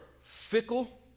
fickle